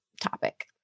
topic